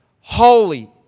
Holy